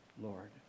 Lord